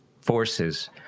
forces